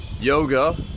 yoga